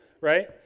right